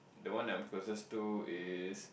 the one I'm closest to is